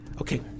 okay